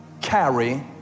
carry